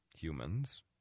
humans